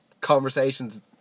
conversations